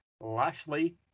Lashley